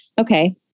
Okay